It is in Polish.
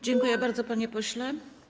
Dziękuję bardzo, panie pośle.